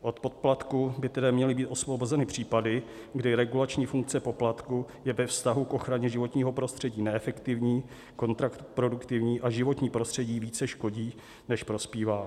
Od poplatku by tedy měly být osvobozeny případy, kdy regulační funkce poplatku je ve vztahu k ochraně životního prostředí neefektivní, kontraproduktivní a životnímu prostředí více škodí, než prospívá.